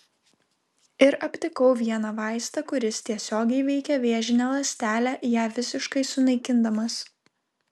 ir aptikau vieną vaistą kuris tiesiogiai veikia vėžinę ląstelę ją visiškai sunaikindamas